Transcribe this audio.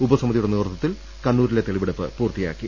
ഉപസമിതിയുടെ നേതൃത്വത്തിൽ കണ്ണൂരിലെ തെളിവെടുപ്പ് പൂർത്തിയാക്കി